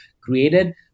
created